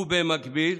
ובמקביל